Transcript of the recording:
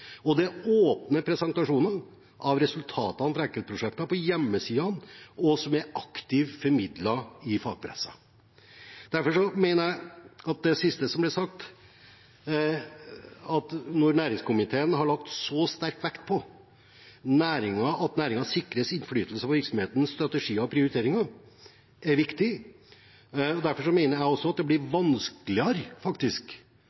Det er åpne presentasjoner av resultatene fra enkeltprosjekter på hjemmesidene, og de er aktivt formidlet i fagpressen. Derfor mener jeg at det siste som ble sagt, at næringskomiteen har lagt så sterk vekt på at næringen sikres innflytelse på virksomhetens strategier og prioriteringer, er viktig. Derfor mener jeg også at det faktisk blir